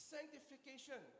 Sanctification